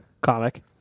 comic